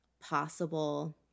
possible